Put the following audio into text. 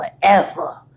forever